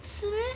是 meh